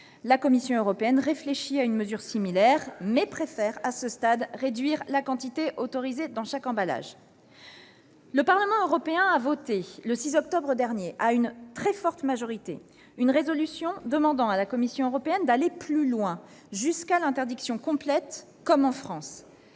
La Commission européenne réfléchit à une mesure similaire, mais préfère à ce stade réduire la quantité autorisée dans chaque emballage. Le Parlement européen a voté le 6 octobre dernier, à une très forte majorité, une résolution demandant à la Commission européenne d'aller plus loin, jusqu'à l'interdiction complète comme en France.